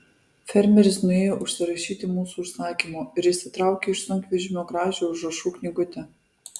fermeris nuėjo užsirašyti mūsų užsakymo ir išsitraukė iš sunkvežimio gražią užrašų knygutę